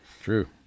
true